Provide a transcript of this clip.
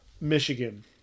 Michigan